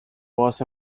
was